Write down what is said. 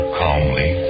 calmly